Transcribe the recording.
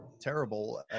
terrible